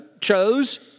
chose